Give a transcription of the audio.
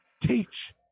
teach